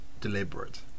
deliberate